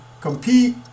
compete